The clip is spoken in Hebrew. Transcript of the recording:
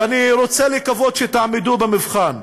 ואני רוצה לקוות שתעמדו במבחן.